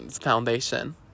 foundation